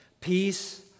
peace